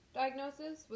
diagnosis